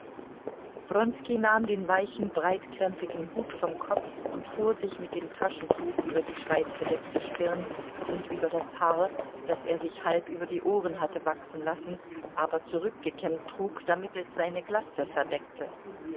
nahm den weichen breitkrempigen hut vom kopf und fuhr sich mit dem taschentuch über die schweißbedeckte stirn und über das haar das er sich halb über die ohren hatte wachsen lassen aber zurückgekämmt trug damit es seine glatze verdeckte